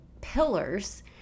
pillars